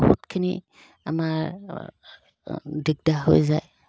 বহুতখিনি আমাৰ দিগদাৰ হৈ যায়